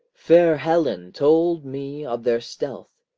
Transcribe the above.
fair helen told me of their stealth,